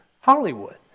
Hollywood